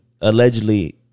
allegedly